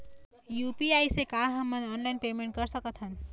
UPI से का हमन ऑनलाइन पेमेंट कर सकत हन?